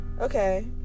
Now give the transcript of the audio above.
Okay